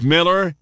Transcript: Miller